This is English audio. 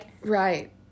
right